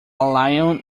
lion